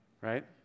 right